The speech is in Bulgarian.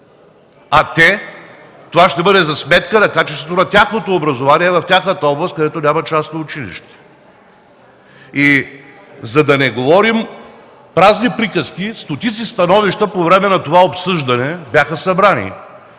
София? Това ще бъде за сметка на качеството на тяхното образование, в тяхната област, където няма частно училище. И за да не говорим празни приказки по време на това обсъждане бяха събрани